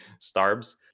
Starbs